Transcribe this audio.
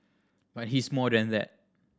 but he's more than that